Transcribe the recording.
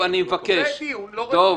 זה דיון לא רציני.